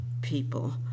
people